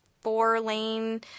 four-lane